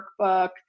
workbook